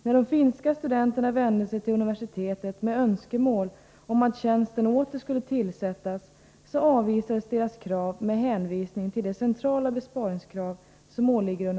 När de finska studenterna vände sig till universitetet med önskemål om att Omensstudievägletjänsten ånyo skulle tillsättas, avvisades deras krav med hänvisning till de dartjänst för norcentrala besparingskraven på universitetet.